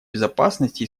безопасности